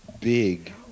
big